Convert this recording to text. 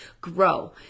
grow